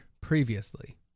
Previously